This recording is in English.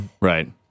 right